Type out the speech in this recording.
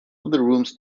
rooms